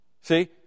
See